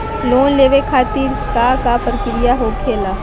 Loan लेवे खातिर का का प्रक्रिया होखेला?